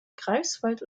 greifswald